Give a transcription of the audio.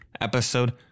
episode